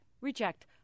reject